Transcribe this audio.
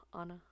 Anna